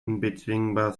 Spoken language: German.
unbezwingbar